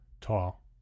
tall